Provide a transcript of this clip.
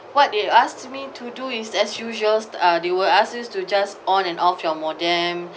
what they asked me to do is as usual uh they will ask you to just on and off your modem